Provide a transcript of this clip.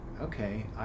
okay